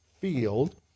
field